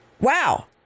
Wow